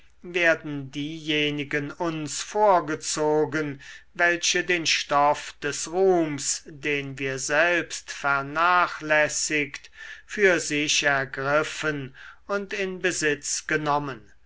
werden diejenigen uns vorgezogen welche den stoff des ruhms den wir selbst vernachlässigt für sich ergriffen und in besitz genommen